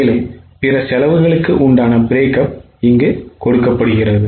மேலும் பிற செலவுகளுக்கு உண்டான பிரேக்கப் இங்கே கொடுக்கப்படுகிறது